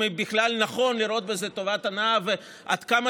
אם בכלל נכון לראות בזה טובת הנאה ועד כמה